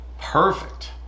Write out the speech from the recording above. perfect